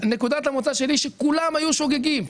ונקודת המוצא שלי שכולם היו שוגגים,